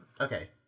Okay